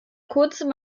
kurzem